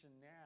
now